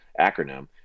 acronym